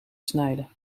snijden